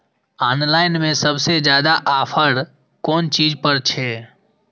Online में सबसे ज्यादा ऑफर कोन चीज पर छे?